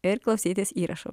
ir klausytis įrašų